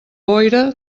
boira